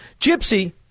Gypsy